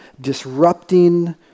disrupting